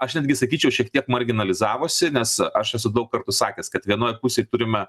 aš netgi sakyčiau šiek tiek marginalizavosi nes aš esu daug kartų sakęs kad vienoj pusėj turime